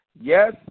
Yes